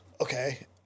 okay